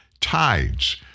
tides